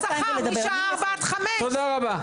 בואו נעשה תוספת שכר משעה 16:00 עד 17:00. תודה רבה.